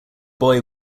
boy